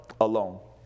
alone